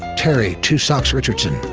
terry two socks richardson,